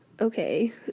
okay